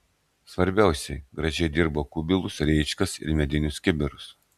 svarbiausia gražiai dirba kubilus rėčkas ir medinius kibirus